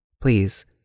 Please